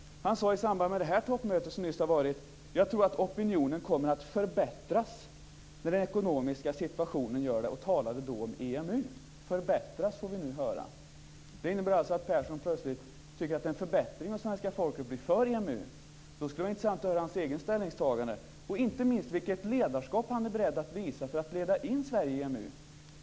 Han sade i samband med det toppmöte som nyss har varit: Jag tror att opinionen kommer att förbättras när den ekonomiska situationen gör det. Han talade då om EMU. Förbättras, får vi nu höra. Det innebär alltså att Persson plötsligt tycker att det är en förbättring om svenska folket blir för EMU. Då skulle det vara intressant att höra hans eget ställningstagande. Inte minst skulle det vara intressant att höra vilket ledarskap han är beredd att visa för att leda in Sverige i EMU.